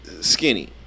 Skinny